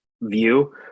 view